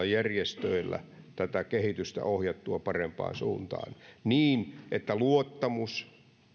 järjestöillä tätä kehitystä ohjattua parempaan suuntaan niin että luottamus